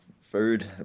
food